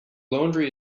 laundry